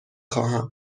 خواهم